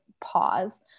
pause